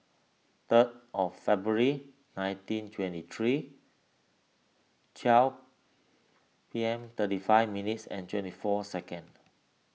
third of February nineteen twenty three twelve P M thirty five minutes and twenty four second